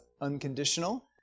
unconditional